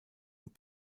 und